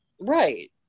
Right